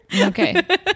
okay